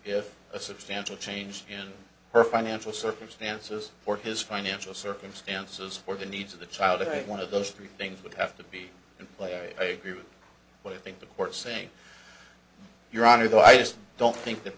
if a substantial change in her financial circumstances or his financial circumstances for the needs of the child of one of those three things would have to be in play through what i think the court saying your honor though i just don't think that